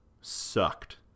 sucked